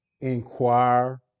inquire